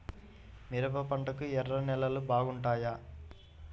మిరప పంటకు ఎర్ర నేలలు బాగుంటాయా?